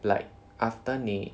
like after 你